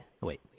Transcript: Wait